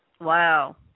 Wow